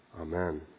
Amen